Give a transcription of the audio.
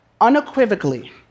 unequivocally